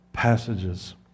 passages